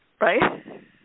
right